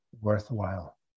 worthwhile